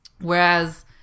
Whereas